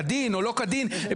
כדין או לא כדין,